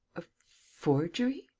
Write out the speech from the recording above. a forgery?